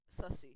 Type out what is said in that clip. Sussy